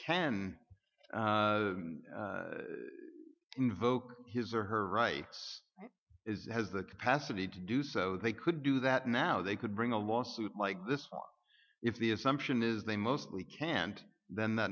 can invoke his or her rights is has the capacity to do so they could do that now they could bring a lawsuit like this if the assumption is they mostly can't then